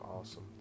awesome